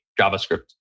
javascript